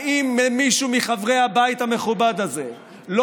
האם למישהו מחברי הבית המכובד הזה לא